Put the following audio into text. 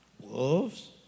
wolves